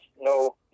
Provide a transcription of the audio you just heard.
no